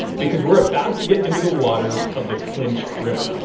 because we're about to get into the waters of the clinch river